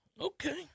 okay